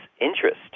interest